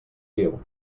viu